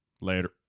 Later